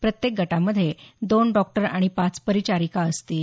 प्रत्येक गटामध्ये दोन डॉक्टर आणि पाच परिचारिका आहेत